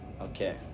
Okay